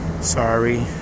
Sorry